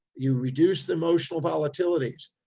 you reduce the emotional volatilities.